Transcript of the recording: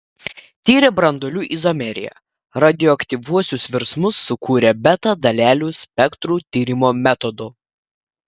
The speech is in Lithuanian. tyrė branduolių izomeriją radioaktyviuosius virsmus sukūrė beta dalelių spektrų tyrimo metodų